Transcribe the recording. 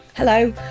Hello